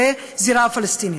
בזירה הפלסטינית.